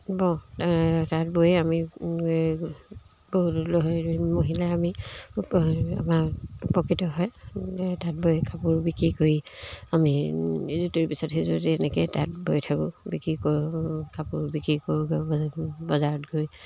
বওঁ তাঁত বৈ আমি মহিলাই আমি আমাৰ উপকৃত হয় তাঁত বৈ কাপোৰ বিক্ৰী কৰি আমি ইটোৰ পিছত সিযোৰ এনেকেই তাঁত বৈ থাকোঁ বিক্ৰী কৰোঁ কাপোৰ বিক্ৰী কৰোঁ বজাৰত গৈ